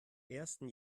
ersten